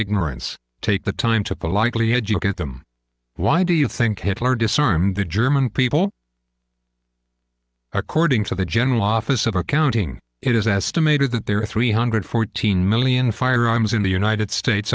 ignorance take the time to politely educate them why do you think hitler disarmed the german people according to the general office of accounting it is estimated that there are three hundred fourteen million firearms in the united states